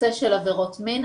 לנושא של עבירות מין.